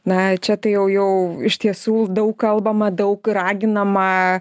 na čia tai jau jau iš tiesų daug kalbama daug raginama